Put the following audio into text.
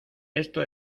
esto